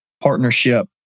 partnership